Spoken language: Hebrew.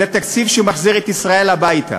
זה תקציב שמחזיר את ישראל הביתה,